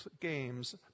games